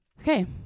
Okay